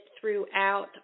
throughout